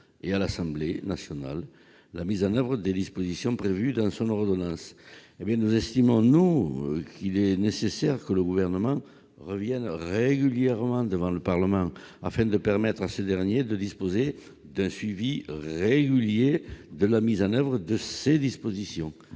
et à l'Assemblée nationale la mise en oeuvre des dispositions prévues dans cette ordonnance. Nous estimons pour notre part nécessaire que le Gouvernement revienne régulièrement devant le Parlement, afin de permettre à ce dernier de disposer d'un suivi régulier de la mise en oeuvre de ces dispositions.